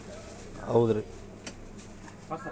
ATM ಅಂದ್ರ bank ಇಂದ ರೊಕ್ಕ ತೆಕ್ಕೊಳೊ ಒಂದ್ ಮಸಿನ್